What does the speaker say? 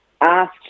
asked